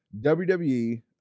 WWE